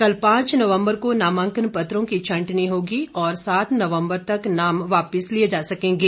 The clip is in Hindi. कल पांच नवम्बर को नामांकन पत्रों की छंटनी होगी और सात नवम्बर तक नाम वापिस लिए जा सकेंगे